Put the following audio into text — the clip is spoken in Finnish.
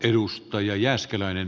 arvoisa puhemies